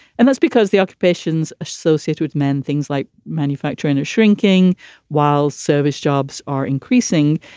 and that's because the occupations associate with men. things like manufacturing are shrinking while service jobs are increasing.